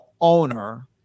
owner